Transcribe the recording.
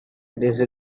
prize